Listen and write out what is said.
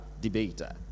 debater